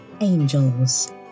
angels